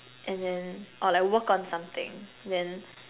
and then or like work on something then